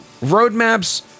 roadmaps